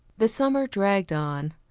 the summer dragged on.